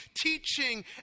teaching